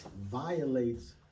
violates